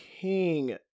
King